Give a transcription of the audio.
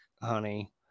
honey